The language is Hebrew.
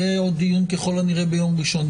יהיה עוד דיון, ככל הנראה, ביום ראשון.